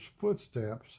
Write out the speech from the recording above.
footsteps